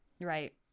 Right